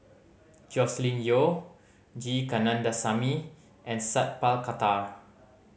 Joscelin Yeo G Kandasamy and Sat Pal Khattar